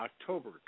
October